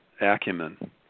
acumen